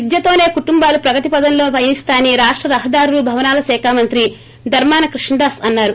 విద్యతోసే కుటుంబాలు ప్రగతి పథంలో పయనిస్తాయని రాష్ట రహదారులు భవనాల శాఖ మంత్రి ధర్మాన కృష్ణ దాస్ అన్నారు